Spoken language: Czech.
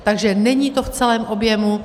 Takže není to v celém objemu.